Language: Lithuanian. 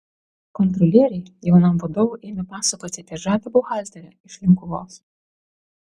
kontrolieriai jaunam vadovui ėmė pasakoti apie žavią buhalterę iš linkuvos